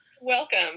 Welcome